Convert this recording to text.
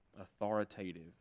authoritative